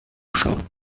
schauen